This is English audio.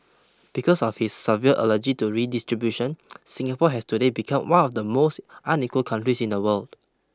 because of his severe allergy to redistribution Singapore has today become one of the most unequal countries in the world